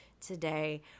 today